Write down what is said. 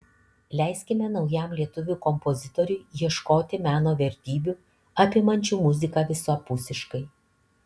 leiskime naujam lietuvių kompozitoriui ieškoti meno vertybių apimančių muziką visapusiškai